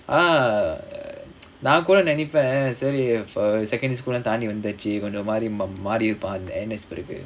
நா கூட நினைப்பேன் சரி:naa kooda ninaippaen sari secondary school எல்லாம் தாண்டி வந்தாச்சு கொஞ்ச மாரி மாறிருப்பானு:ellaam thaandi vanthaachu konja maari maariruppaanu N_S பிறகு:piragu